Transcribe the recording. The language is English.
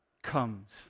Comes